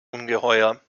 ungeheuer